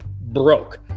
broke